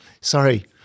sorry